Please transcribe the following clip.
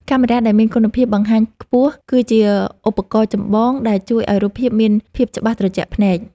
កាមេរ៉ាដែលមានគុណភាពបង្ហាញខ្ពស់គឺជាឧបករណ៍ចម្បងដែលជួយឱ្យរូបភាពមានភាពច្បាស់ត្រជាក់ភ្នែក។